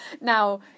Now